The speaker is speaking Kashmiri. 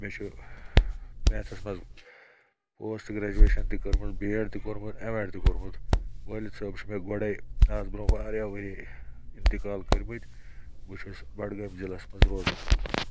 مےٚ چھُ میتھَس منٛز پوسٹ گریجویشَن تہِ کٔرمُت بی ایٚڈ تہِ کوٚرمُت اٮ۪م ایٚڈ تہِ کوٚرمُت وٲلد صٲب چھُ مےٚ گۄڈَے آز برونٛہہ واریاہ ؤری اِنتِقال کٔرۍ مٕتۍ بہٕ چھُس بڈگٲمۍ ضلعَس منٛز روزان